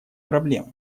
проблема